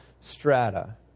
strata